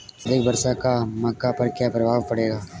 अधिक वर्षा का मक्का पर क्या प्रभाव पड़ेगा?